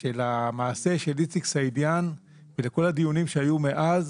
שלמעשה של איציק סעידיאן ולכל הדיונים שהיו מאז